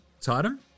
Tatum